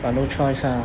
but no choice lah